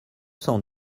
cent